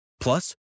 Plus